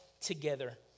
together